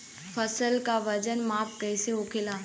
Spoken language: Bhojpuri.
फसल का वजन माप कैसे होखेला?